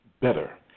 better